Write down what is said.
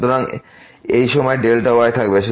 সুতরাং এই সময় y থাকবে